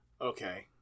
Okay